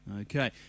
okay